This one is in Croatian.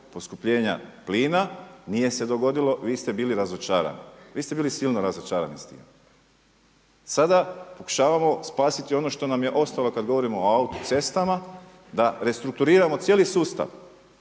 poskupljenja plina, nije se dogodilo. Vi ste bili razočarani, vi ste bili silno razočarani s tim. Sada pokušavamo spasiti ono što nam je ostalo kad govorimo o autocestama da restrukturiramo cijeli sustav,